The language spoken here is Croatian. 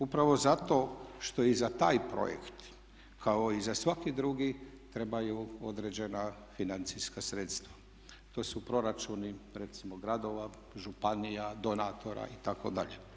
Upravo zato što i za taj projekt kao i za svaki drugi trebaju određena financijska sredstva, to su proračuni recimo gradova, županija, donatora itd.